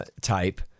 type